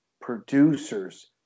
producers